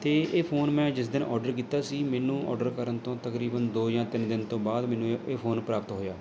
ਅਤੇ ਇਹ ਫ਼ੋਨ ਮੈਂ ਜਿਸ ਦਿਨ ਔਡਰ ਕੀਤਾ ਸੀ ਮੈਨੂੰ ਔਡਰ ਕਰਨ ਤੋਂ ਤਕਰੀਬਨ ਦੋ ਜਾਂ ਤਿੰਨ ਦਿਨ ਤੋਂ ਬਾਅਦ ਮੈਨੂੰ ਇਹ ਇਹ ਫ਼ੋਨ ਪ੍ਰਾਪਤ ਹੋਇਆ